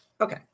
Okay